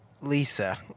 Lisa